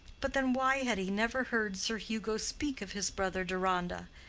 but then, why had he never heard sir hugo speak of his brother deronda,